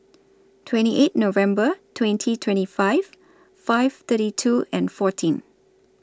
twenty eight November twenty twenty five five thirty two and fourteen